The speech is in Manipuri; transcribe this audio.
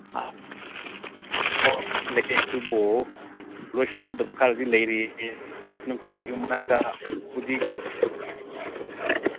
ꯑꯥ ꯑꯗꯨꯕꯨ ꯂꯣꯁꯤꯟꯒꯗꯕ ꯈꯔꯗꯤ ꯂꯩꯔꯤ ꯍꯧꯖꯤꯛ ꯅꯈꯣꯏꯒꯤ ꯌꯨꯝ ꯃꯅꯥꯛꯇ